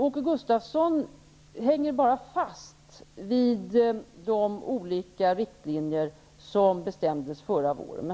Åke Gustavsson hänger bara fast vid de riktlinjer som bestämdes förra våren.